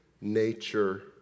nature